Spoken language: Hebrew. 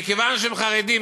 מכיוון שהם חרדים.